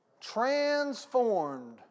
Transformed